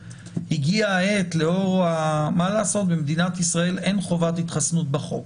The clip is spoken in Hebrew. הגיעה העת לאור זה שבמדינת ישראל אין חובת התחסנות בחוק,